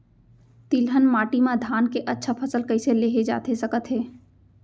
तिलहन माटी मा धान के अच्छा फसल कइसे लेहे जाथे सकत हे?